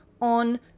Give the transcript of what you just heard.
on